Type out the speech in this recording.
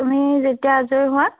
তুমি যেতিয়া আজৰি হোৱা